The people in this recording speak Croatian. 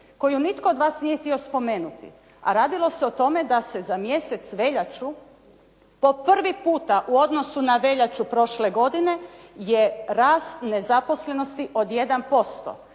koju nitko od vas nije htio spomenuti. A radilo se o tome da se za mjesec veljaču po prvi puta u odnosu na veljaču prošle godine je rast nezaposlenosti od 1%.